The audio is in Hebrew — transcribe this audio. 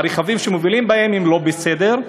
הרכבים שמובילים בהם, הם לא בסדר,